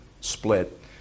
split